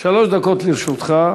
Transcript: שלוש דקות לרשותך.